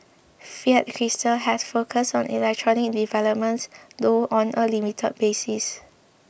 Fiat Chrysler has focused on electric developments though on a limited basis